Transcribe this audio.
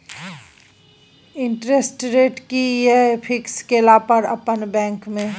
Interest rate कि ये fix केला पर अपन बैंक में?